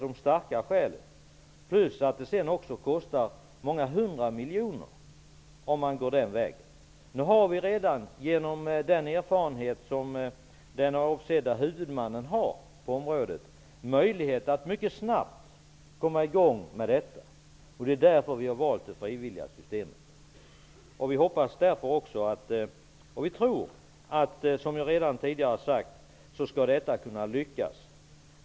Den avsedde huvudmannen har redan, genom sin erfarenhet på området, möjlighet att mycket snabbt komma i gång. Det är därför vi har valt det frivilliga systemet. Vi tror, som jag tidigare har sagt, att detta skall kunna lyckas.